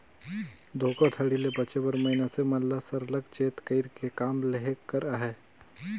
धोखाघड़ी ले बाचे बर मइनसे मन ल सरलग चेत कइर के काम लेहे कर अहे